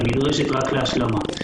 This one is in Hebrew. היא נדרשת רק להשלמה.